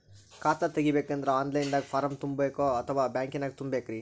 ಖಾತಾ ತೆಗಿಬೇಕಂದ್ರ online ದಾಗ ಫಾರಂ ತುಂಬೇಕೊ ಅಥವಾ ಬ್ಯಾಂಕನ್ಯಾಗ ತುಂಬ ಬೇಕ್ರಿ?